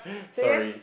say again